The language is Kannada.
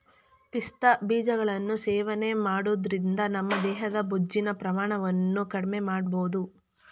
ಪಿಸ್ತಾ ಬೀಜಗಳನ್ನು ಸೇವನೆ ಮಾಡೋದ್ರಿಂದ ನಮ್ಮ ದೇಹದ ಬೊಜ್ಜಿನ ಪ್ರಮಾಣವನ್ನು ಕಡ್ಮೆಮಾಡ್ಬೋದು